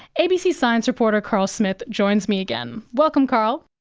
abc science reporter carl smith joins me again. welcome, carl.